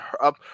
up